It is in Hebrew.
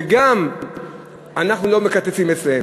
וגם אנחנו לא מקצצים אצלם.